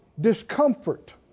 discomfort